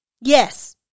Yes